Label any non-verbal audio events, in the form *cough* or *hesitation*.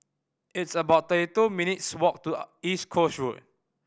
it's about thirty two minutes' walk to *hesitation* East Coast Road